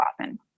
often